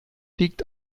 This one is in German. liegt